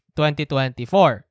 2024